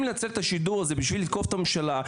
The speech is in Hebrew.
לנצל את השידור הזה בשביל לתקוף את הממשלה,